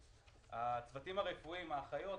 הצוותים הרפואיים האחיות